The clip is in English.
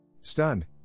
Stunned